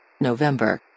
November